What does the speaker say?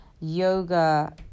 yoga